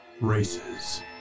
races